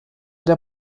der